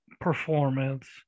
performance